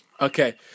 Okay